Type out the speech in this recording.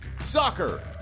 Soccer